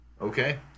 Okay